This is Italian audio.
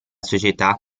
società